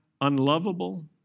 unlovable